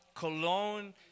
cologne